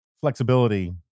flexibility